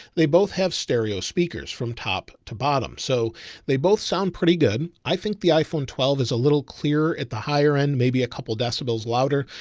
they both have stereo speakers from top to bottom. so they both sound pretty good. i think the iphone twelve is a little clearer at the higher end. maybe a couple of decibels louder,